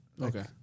okay